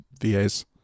VAs